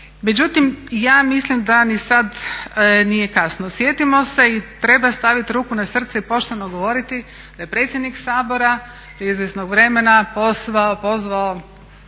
Međutim ja mislim da ni sada nije kasno. Sjetimo se i treba staviti ruku na srce i pošteno govoriti da je predsjednik Sabora prije izvjesnog vremena pozvao